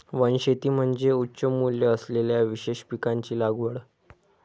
वनशेती म्हणजे उच्च मूल्य असलेल्या विशेष पिकांची लागवड